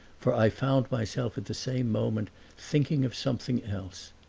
for i found myself at the same moment thinking of something else.